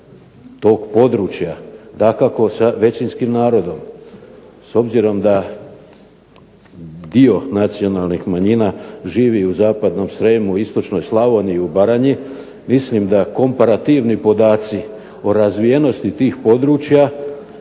tog područja, dakako sa većinskim narodom. S obzirom da dio nacionalnih manjina živi u zapadnom Srijemu, istočnoj Slavoniji i u Baranju mislim da komparativni podaci o razvijenosti tih područja